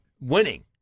winning